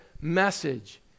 message